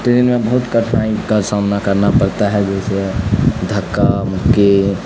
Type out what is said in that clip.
train میں بہت کٹھنائی کا سامنا کرنا پڑتا ہے جیسے دھکا مکی